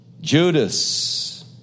Judas